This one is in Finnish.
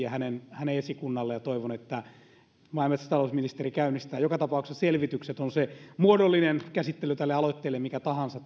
ja hänen hänen esikunnalleen toimittamaan ja toivon että maa ja metsätalousministeri käynnistää joka tapauksessa selvitykset tämän asian hoitamiseksi on se muodollinen käsittely tälle aloitteelle mikä tahansa